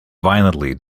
violently